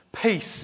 peace